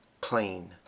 clean